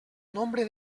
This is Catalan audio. nombre